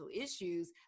issues